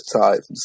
times